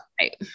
right